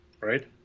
right